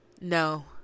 No